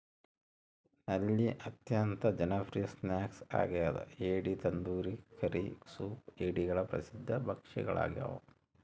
ನಳ್ಳಿ ಅತ್ಯಂತ ಜನಪ್ರಿಯ ಸ್ನ್ಯಾಕ್ ಆಗ್ಯದ ಏಡಿ ತಂದೂರಿ ಕರಿ ಸೂಪ್ ಏಡಿಗಳ ಪ್ರಸಿದ್ಧ ಭಕ್ಷ್ಯಗಳಾಗ್ಯವ